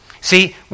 See